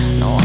no